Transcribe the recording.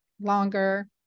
longer